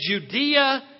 Judea